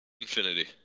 infinity